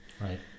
Right